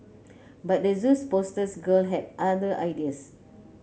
but the Zoo's poster girl had other ideas